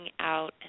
out